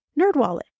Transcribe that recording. Nerdwallet